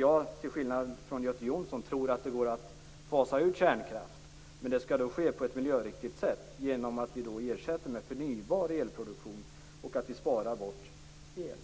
Jag, till skillnad från Göte Jonsson, tror nämligen att det går att fasa ut kärnkraft, men det skall då ske på ett miljöriktigt sätt genom en ersättning med förnybar elproduktion och genom att vi sparar el.